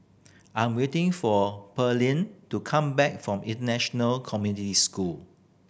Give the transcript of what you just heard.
I'm waiting for Perley to come back from International Community School